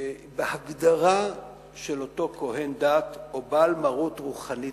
על ההגדרה של אותו כוהן דת או בעל מרות רוחנית-דתית.